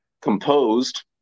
composed